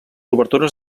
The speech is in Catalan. obertures